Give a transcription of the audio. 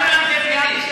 זה פלילי.